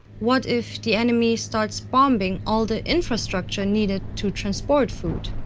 what if the enemy starts bombing all the infrastructure needed to transport food?